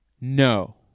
No